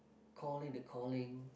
call it the calling